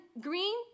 Green